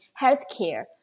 healthcare